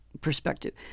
perspective